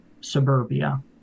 Suburbia